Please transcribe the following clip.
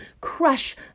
crush